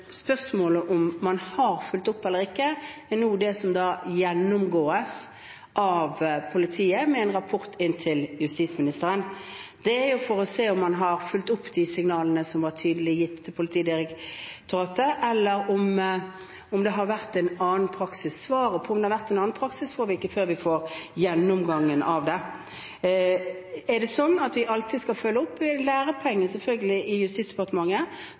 for å se om man har fulgt opp de signalene som ble tydelig gitt til Politidirektoratet, eller om det har vært en annen praksis. Svaret på om det har vært en annen praksis, får vi ikke før vi får gjennomgangen av dette. Er det sånn at man alltid skal følge opp, er det selvfølgelig en lærepenge for Justisdepartementet